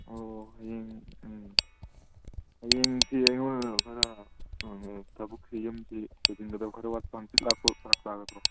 ꯑꯣ ꯍꯌꯦꯡ ꯎꯝ ꯍꯌꯦꯡꯁꯤ ꯑꯩꯉꯣꯟꯗ ꯈꯔ ꯊꯕꯛꯁꯤ ꯌꯨꯝꯁꯤ ꯂꯣꯏꯁꯤꯟꯒꯗꯧ ꯈꯔ ꯋꯥꯠꯄ ꯍꯪꯆꯤꯠ ꯂꯥꯛꯄ ꯐꯔꯛ ꯇꯥꯒꯗ꯭ꯔꯣ